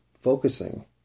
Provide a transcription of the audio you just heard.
focusing